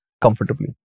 comfortably